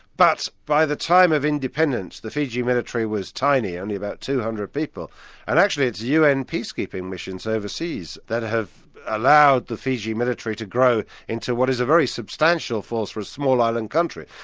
by the time of independence, the fiji military was tiny, only about two hundred people. and actually it's un peacekeeping missions overseas that have allowed the fiji military to grow into what is a very substantial force for a small island country.